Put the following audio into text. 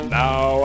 now